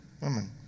women